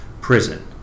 prison